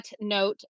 note